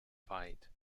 fight